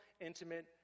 intimate